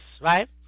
right